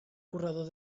corredor